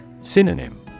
Synonym